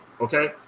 okay